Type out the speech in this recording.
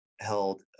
held